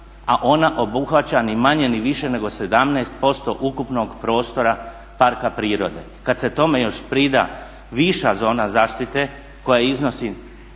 a ona obuhvaća ni manje ni više nego 17$% ukupnog prostora parka prirode. Kad se tome još prida viša zona zaštite koja iznosi